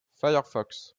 firefox